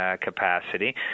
capacity